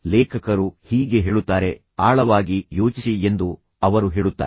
ಲೇಖಕರು ಹೀಗೆ ಹೇಳುತ್ತಾರೆ ಆಳವಾಗಿ ಯೋಚಿಸಿ ಎಂದು ಅವರು ಹೇಳುತ್ತಾರೆ